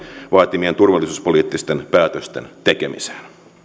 vaatimien turvallisuuspoliittisten päätösten tekemiseen